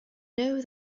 know